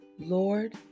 Lord